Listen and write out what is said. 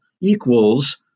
equals